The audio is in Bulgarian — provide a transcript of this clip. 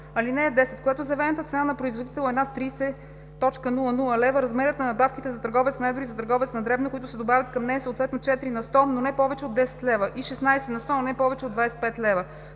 на сто. (10) Когато заявената цена на производител е над 30,00 лв., размерът на надбавките за търговец на едро и за търговец на дребно, които се добавят към нея, е съответно 4 на сто, но не повече от 10 лв., и 16 на сто, но не повече от 25 лв.